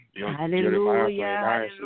Hallelujah